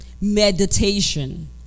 meditation